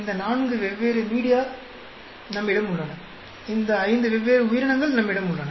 இந்த நான்கு வெவ்வேறு மீடியா நம்மிடம் உள்ளன இந்த ஐந்து வெவ்வேறு உயிரினங்கள் நம்மிடம் உள்ளன